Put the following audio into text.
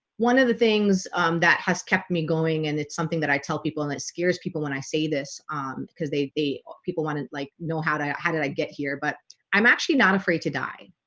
one of the things that has kept me going and it's something that i tell people and that scares people when i say this um because they they people wanted like know how how did i get here? but i'm actually not afraid to die.